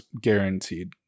guaranteed